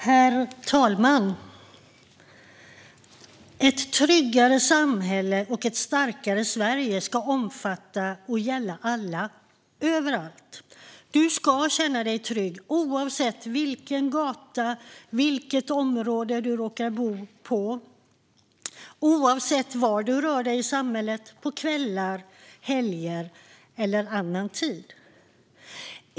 Herr talman! Ett tryggare samhälle och ett starkare Sverige ska omfatta och gälla alla överallt. Man ska känna sig trygg oavsett vilken gata man råkar gå på och vilket område man råkar bo i, oavsett var man rör sig i samhället på kvällar, helger eller annan tid.